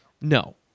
No